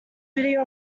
video